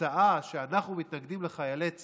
המצאה שאנחנו מתנגדים לחיילי צה"ל,